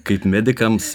kaip medikams